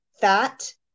fat